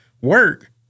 work